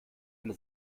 eine